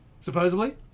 Supposedly